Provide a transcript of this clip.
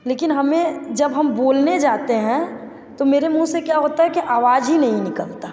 लेकिन हमें जब हम बोलने जाते हैं तो मेरे मुँह से क्या होता है कि आवाज़ ही नहीं निकलता